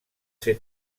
ser